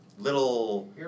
Little